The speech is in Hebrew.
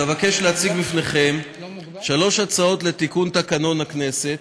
אבקש להציג בפניכם שלוש הצעות לתיקון תקנון הכנסת,